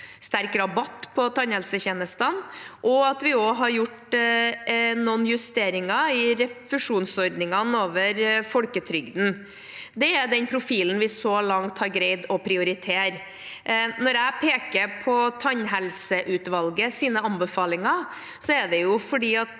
sterk rabatt på tannhelsetjenestene, og at vi har gjort noen justeringer i refusjonsordningene i folketrygden. Det er profilen vi så langt har greid å prioritere. Når jeg peker på tannhelseutvalgets anbefalinger, er det fordi